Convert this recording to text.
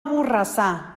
borrassà